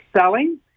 selling